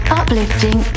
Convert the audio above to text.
uplifting